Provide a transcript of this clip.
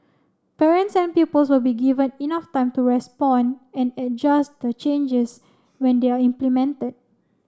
parents and pupils will be given enough time to respond and adjust to changes when they are implemented